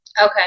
Okay